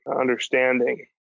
understanding